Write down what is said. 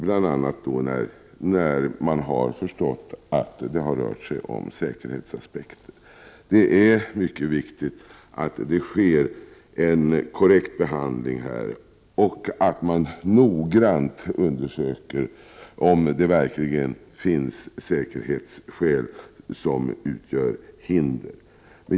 Bl.a. är detta fallet när det har rört sig om säkerhetsaspekter. Det är mycket viktigt att det sker en korrekt behandling och att man noggrant undersöker om det verkligen föreligger säkerhetsskäl som utgör hinder.